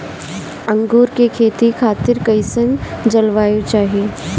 अंगूर के खेती खातिर कइसन जलवायु चाही?